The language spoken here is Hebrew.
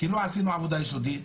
כי לא עשינו עבודה יסודית.